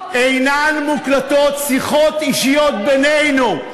אינן מוקלטות, שיחות אישיות בינינו.